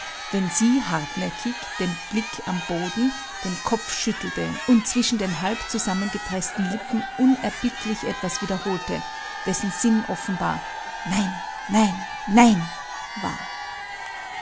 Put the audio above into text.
wenn sie hartnäckig den blick am boden den kopf schüttelte und zwischen den halb zusammengepreßten lippen unerbittlich etwas wiederholte dessen sinn offenbar nein nein nein war